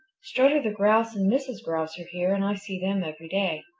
strutter the grouse and mrs. grouse are here, and i see them every day.